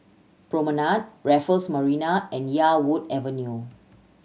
Promenade Raffles Marina and Yarwood Avenue